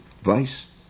vice